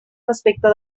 respecte